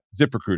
ZipRecruiter